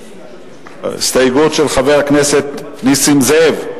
ההסתייגות של חבר הכנסת נסים זאב,